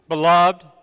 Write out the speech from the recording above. Beloved